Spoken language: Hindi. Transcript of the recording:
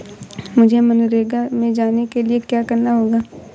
मुझे मनरेगा में जाने के लिए क्या करना होगा?